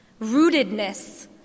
rootedness